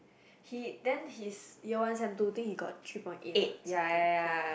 he the his year one sem two think he got three point eight or something ya